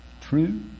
true